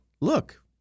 Look